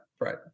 right